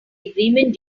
agreement